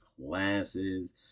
classes